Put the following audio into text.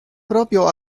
proprio